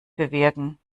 bewirken